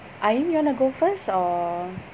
ain you wanna go first or